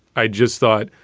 i just thought,